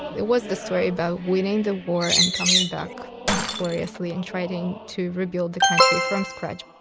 it was the story about winning the war and coming back victoriously and trying to rebuild the country from scratch.